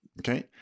Okay